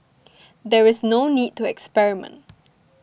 there's no need to experiment